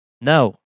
No